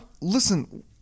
listen